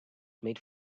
made